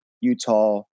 Utah